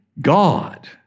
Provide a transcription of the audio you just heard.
God